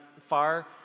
far